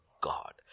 God